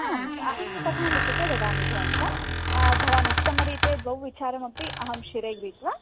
आम् अहं कथां लिखित्वा ददामि भवन्तः भवान् उत्तमरीत्या द्वौ विचारमपि अहं शिरे गृहित्वा